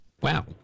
Wow